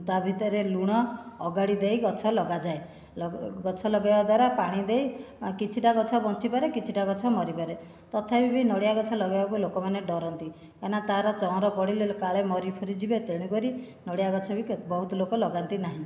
ତା' ଭିତରେ ଲୁଣ ଅଗାଡ଼ି ଦେଇ ଗଛ ଲଗାଯାଏ ଗଛ ଲଗାଇବା ଦ୍ଵାରା ପାଣି ଦେଇ କିଛିଟା ଗଛ ବଞ୍ଚିପାରେ କିଛିଟା ଗଛ ମରିପାରେ ତଥାପି ବି ନଡ଼ିଆ ଗଛ ଲଗାଇବାକୁ ଲୋକମାନେ ଡରନ୍ତି କାହିଁକି ନା ତା'ର ଚଅଁର ପଡ଼ିଗଲେ କାଳେ ମରି ଫରି ଯିବେ ତେଣୁକରି ନଡ଼ିଆ ଗଛ ବି ବହୁତ ଲୋକ ଲଗାନ୍ତି ନାହିଁ